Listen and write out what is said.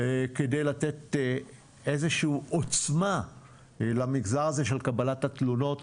כדי לתת איזו שהיא עוצמה למגזר הזה של קבלת התלונות,